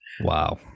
wow